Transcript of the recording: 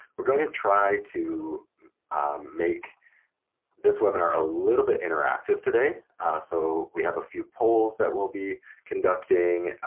we're going to try to make this webinar a little bit interactive today so we have a few polls that we'll be conducting,